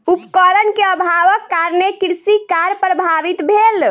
उपकरण के अभावक कारणेँ कृषि कार्य प्रभावित भेल